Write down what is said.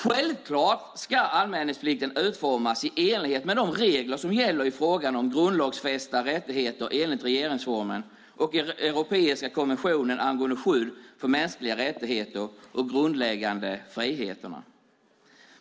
Självklart ska anmälningsplikt utformas i enlighet med de regler som gäller i fråga om grundlagsfästa rättigheter enligt regeringsformen och europeiska konventionen om skydd för de mänskliga rättigheterna och de grundläggande friheterna.